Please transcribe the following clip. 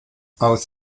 aus